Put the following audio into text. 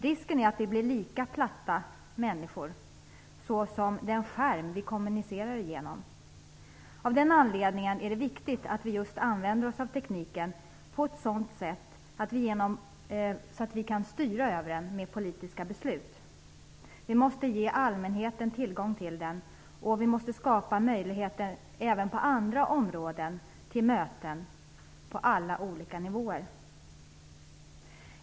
Risken är att vi blir lika platta människor som den skärm som vi kommunicerar genom. Av den anledningen är det viktigt att vi använder oss av tekniken på ett sådant sätt att vi kan styra den genom politiska beslut. Vi måste ge allmänheten tillgång till den, och vi måste skapa möjligheter till möten på alla olika nivåer även på andra områden.